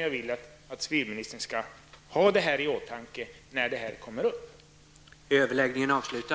jag vill att civilministern skall ha det här i åtanke när frågan kommer upp.